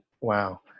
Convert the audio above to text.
Wow